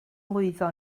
lwyddo